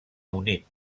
unit